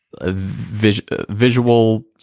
visual